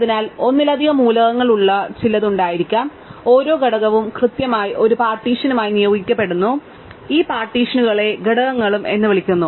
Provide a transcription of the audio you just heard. അതിനാൽ ഒന്നിലധികം മൂലകങ്ങളുള്ള ചിലത് ഉണ്ടായിരിക്കാം ഓരോ ഘടകവും കൃത്യമായി ഒരു പാർട്ടീഷനുമായി നിയോഗിക്കപ്പെടുന്നു ഞങ്ങൾ ഈ പാർട്ടീഷനുകളെ ഘടകങ്ങളും എന്ന് വിളിക്കുന്നു